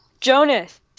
Jonas